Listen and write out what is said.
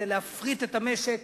להפריט את המשק